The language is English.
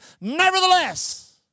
nevertheless